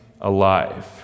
alive